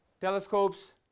telescopes